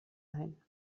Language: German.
ein